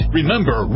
Remember